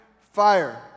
fire